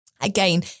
Again